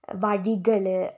വഴികൾ